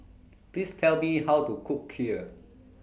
Please Tell Me How to Cook Kheer